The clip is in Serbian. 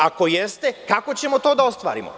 Ako jeste, kako ćemo to da ostvarimo?